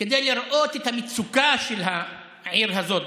כדי לראות את המצוקה של העיר הזאת,